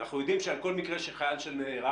אנחנו יודעים שעל כל מקרה של חייל שנהרג,